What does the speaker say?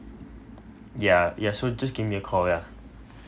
ya ya so just give me a call ya